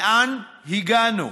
לאן הגענו?